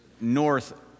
north